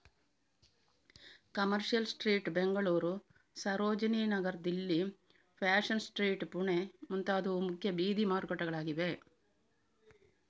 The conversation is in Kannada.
commercial Street Bengaluru, Sarojini Nagar Delhi, Fashion Street Pune ಮುಂತಾದವು ಮುಖ್ಯ ಬೀದಿ ಮಾರುಕಟ್ಟೆಗಳಾಗಿವೆ